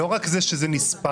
לא רק זה שזה נספר,